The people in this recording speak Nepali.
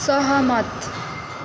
सहमत